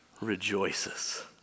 rejoices